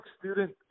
student